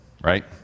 right